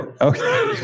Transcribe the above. Okay